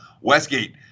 Westgate